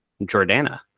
jordana